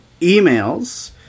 emails